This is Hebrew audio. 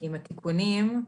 עם התיקונים.